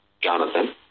Jonathan